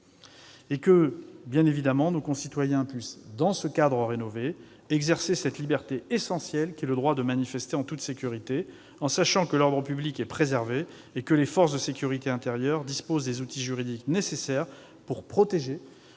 cadre rénové, nos concitoyens puissent exercer la liberté essentielle qu'est le droit de manifester en toute sécurité, en sachant que l'ordre public est préservé et que les forces de sécurité intérieure disposent des outils juridiques nécessaires pour les protéger,